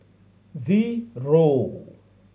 zero